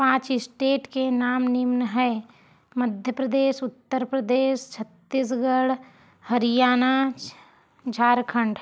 पाँच स्टेट के नाम निम्न हैं मध्य प्रदेश उत्तर प्रदेश छत्तीसगढ़ हरियाणा झारखंड